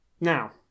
Now